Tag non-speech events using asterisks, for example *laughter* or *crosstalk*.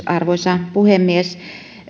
*unintelligible* arvoisa puhemies